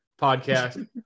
podcast